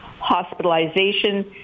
hospitalization